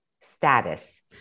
status